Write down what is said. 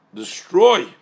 destroy